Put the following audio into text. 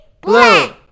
Blue